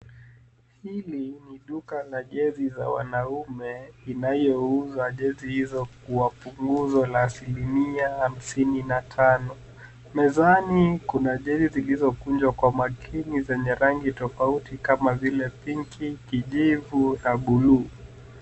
Hili ni duka la jezi za wanaume linalouza jezi hizo kwa punguzo la asilimia hamsini na tano. Mezani, kuna jezi zilizokunjwa kwa makini zenye rangi tofauti kama vile pinki, kijivu na za buluu.